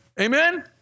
Amen